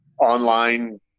online